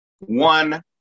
one